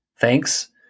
thanks